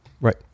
Right